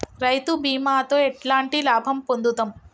రైతు బీమాతో ఎట్లాంటి లాభం పొందుతం?